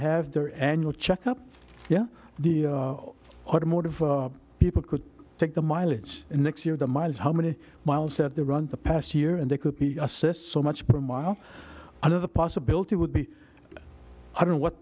have their annual check up yeah the automotive people could take the mileage and next year the miles how many miles said they run the past year and they could be assessed so much per mile under the possibilty would be i don't know what